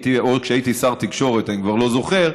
או כשהייתי שר התקשורת, אני כבר לא זוכר,